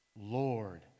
Lord